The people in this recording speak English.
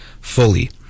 fully